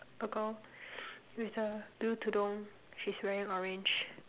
a girl with a blue tudung she's wearing orange